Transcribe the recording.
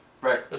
Right